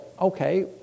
okay